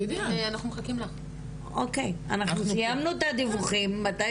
אנחנו סיימנו את הדיווחים, מתי